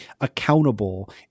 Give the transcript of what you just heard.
accountable